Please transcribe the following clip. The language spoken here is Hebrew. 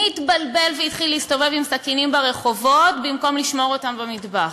מי התבלבל והתחיל להסתובב עם סכינים ברחובות במקום לשמור אותם במטבח?